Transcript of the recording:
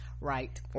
right